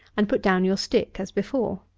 and put down your stick as before.